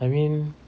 I mean